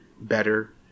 better